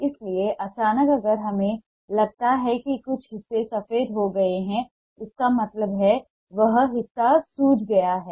इसलिए अचानक अगर हमें लगता है कि कुछ हिस्से सफेद हो गए हैं इसका मतलब है वह हिस्सा सूज गया है